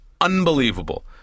unbelievable